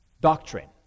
doctrine